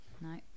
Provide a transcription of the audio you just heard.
No